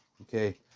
Okay